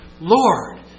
Lord